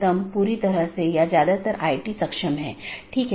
दूसरे अर्थ में यह ट्रैफिक AS पर एक लोड है